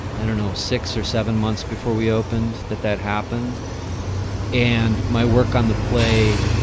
i don't know, six or seven months before we opened that that happened and my work on the play,